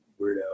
weirdo